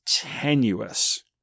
tenuous